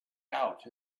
out